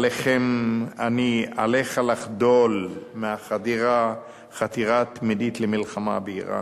עליך לחדול מהחתירה התמידית למלחמה באירן.